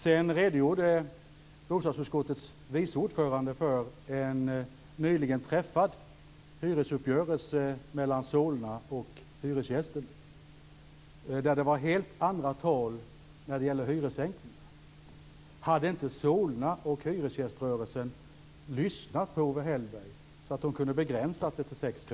Sedan redogjorde bostadsutskottets vice ordförande för en nyligen träffad hyresuppgörelse mellan Solna och hyresgästerna där det var helt andra tal vad gällde hyressänkningar. Hade inte Solna och hyresgäströrelsen lyssnat på Owe Hellberg så att de hade kunnat begränsa det till 6 kr?